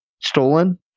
stolen